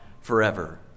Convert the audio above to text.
forever